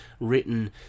written